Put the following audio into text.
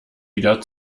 wieder